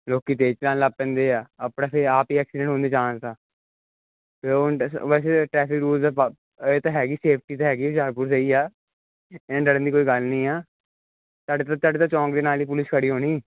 ਲੋਕ ਤੇਜ਼ ਚਲਾਉਣ ਲੱਗ ਪੈਂਦੇ ਆ ਆਪਣੇ ਵਾਸਤੇ ਆਪ ਹੀ ਐਕਸੀਡੈਂਟ ਹੋਣ ਦੇ ਚਾਨਸ ਆ ਉਹ ਹੁਣ ਵੈਸੇ ਟ੍ਰੈਫਿਕ ਰੁਲਸ ਤਾ ਪਾ ਹੈਗੀ ਸੇਫਟੀ ਤਾਂ ਹੈਗੀ ਸਾਰਾ ਕੁਛ ਸਹੀ ਆ ਇਵੇਂ ਡਰਨ ਦੀ ਕੋਈ ਗੱਲ ਨਹੀਂ ਆ ਤੁਹਾਡੇ ਤਾਂ ਤੁਹਾਡੇ ਤਾਂ ਚੌਂਕ ਦੇ ਨਾਲ ਹੀ ਪੁਲਿਸ ਖੜੀ ਹੋਣੀ